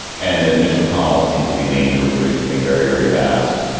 and mitch mcconnell seems to be leaning towards doing something very, very fast,